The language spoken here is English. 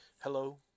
Hello